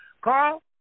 carl